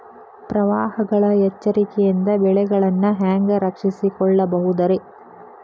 ಪ್ರವಾಹಗಳ ಎಚ್ಚರಿಕೆಯಿಂದ ಬೆಳೆಗಳನ್ನ ಹ್ಯಾಂಗ ರಕ್ಷಿಸಿಕೊಳ್ಳಬಹುದುರೇ?